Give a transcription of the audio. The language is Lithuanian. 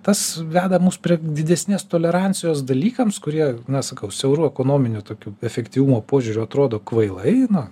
tas veda mus prie didesnės tolerancijos dalykams kurie na sakau siauru ekonominiu tokiu efektyvumo požiūriu atrodo kvailai na